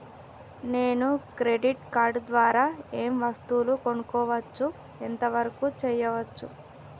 నేను credit card ద్వారా ఏం వస్తువులు కొనుక్కోవచ్చు ఎంత వరకు చేయవచ్చు?